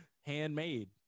Handmade